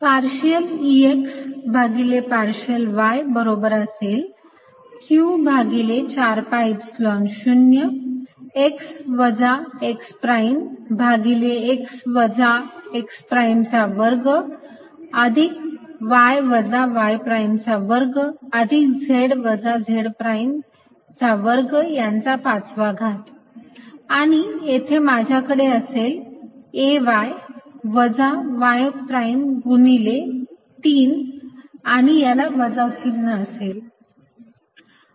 partial Ex भागिले partial y बरोबर असेल q भागिले 4 pi epsilon 0 x वजा x प्राइम भागिले x वजा x प्राइम चा वर्ग अधिक y वजा y प्राइम चा वर्ग अधिक z वजा z प्राइम चा वर्ग यांचा 5 वा घात आणि येथे माझ्याकडे असेल a y वजा y प्राईम गुणिले 3 आणि याला वजा चिन्ह असेल